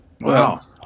Wow